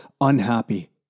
unhappy